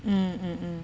mmhmm